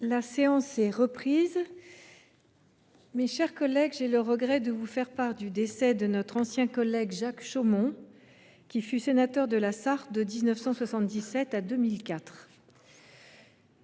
La séance est reprise. J’ai le regret de vous faire part du décès de notre ancien collègue Jacques Chaumont, qui fut sénateur de la Sarthe de 1977 à 2004.